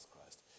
Christ